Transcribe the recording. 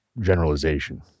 generalization